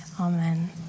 Amen